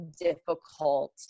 difficult